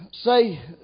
say